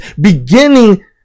beginning